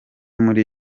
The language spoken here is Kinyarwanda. muri